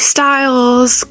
Styles